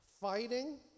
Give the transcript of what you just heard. fighting